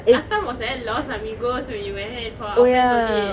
last time was at los amigos when we went for our friend's birthday